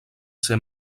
ser